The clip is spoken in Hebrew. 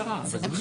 כן.